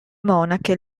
monache